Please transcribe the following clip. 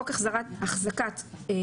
התשע"ז 2016 ; (33)חוק החזקת תכשיר